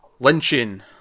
lynching